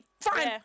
fine